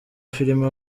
filime